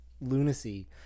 lunacy